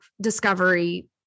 discovery